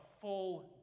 full